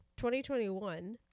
2021